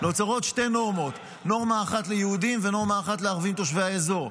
נורמה אחת ליהודים ונורמה אחת לערבים תושבי האזור.